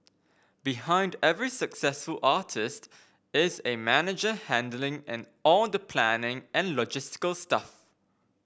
behind every successful artist is a manager handling and all the planning and logistical stuff